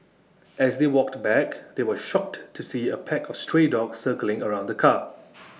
as they walked back they were shocked to see A pack of stray dogs circling around the car